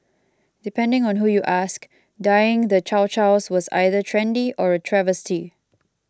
depending on who you ask dyeing the Chow Chows was either trendy or a travesty